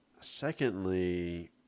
secondly